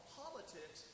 politics